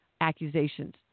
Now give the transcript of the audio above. accusations